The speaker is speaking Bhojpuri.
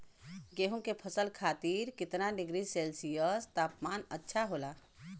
गेहूँ के फसल खातीर कितना डिग्री सेल्सीयस तापमान अच्छा होला?